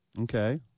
Okay